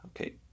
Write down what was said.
Okay